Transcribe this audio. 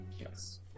Yes